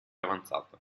avanzata